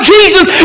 Jesus